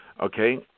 Okay